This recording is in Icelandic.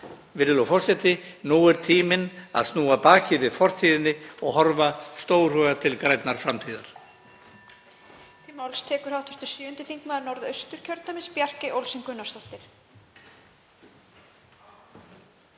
Virðulegur forseti. Nú er tíminn, að snúa baki við fortíðinni og horfa stórhuga til grænnar framtíðar.